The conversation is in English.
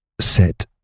Set